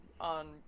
on